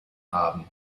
haben